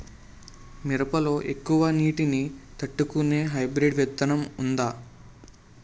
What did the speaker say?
మిరప లో ఎక్కువ నీటి ని తట్టుకునే హైబ్రిడ్ విత్తనం వుందా?